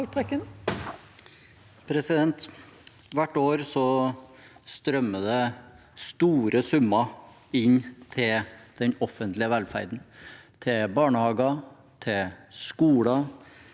Hvert år strøm- mer det store summer inn til den offentlige velferden – til barnehager, til skoler,